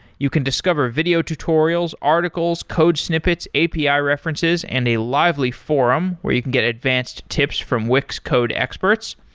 you can discover video tutorials, articles, code snippets, api ah references and a lively forum where you can get advanced tips from wix code experts.